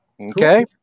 okay